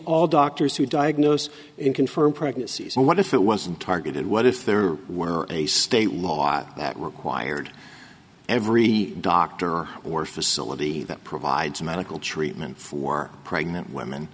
all doctors who diagnose it confirmed pregnancies and what if it wasn't targeted what if there were a state law that required every doctor or facility that provides medical treatment for pregnant women